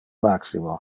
maximo